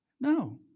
No